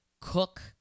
cook